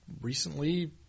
recently